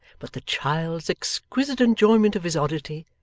but the child's exquisite enjoyment of his oddity,